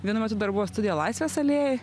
vienu metu dar buvo studija laisvės alėjoj